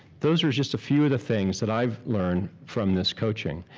those are just a few of the things that i've learned from this coaching.